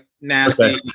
nasty